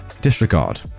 Disregard